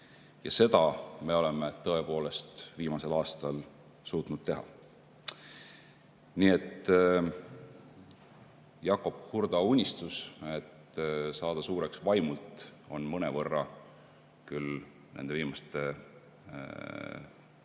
Ja seda me oleme tõepoolest viimasel aastal suutnud teha. Nii et Jakob Hurda unistus saada suureks vaimult on mõnevõrra küll nende viimaste